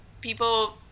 people